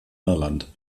irland